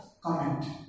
comment